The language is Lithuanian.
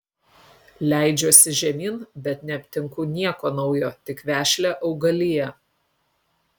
leidžiuosi žemyn bet neaptinku nieko naujo tik vešlią augaliją